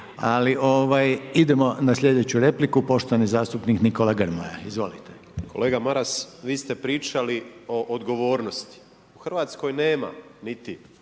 Ali, idemo na slijedeću repliku. Poštovani zastupnik Nikola Grmoja. **Grmoja, Nikola (MOST)** Kolega Maras, vi ste pričali o odgovornosti. U RH nema niti